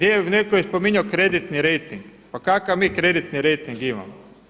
Netko je spominjao kreditni rejting, pa kakav mi kreditni rejting imamo?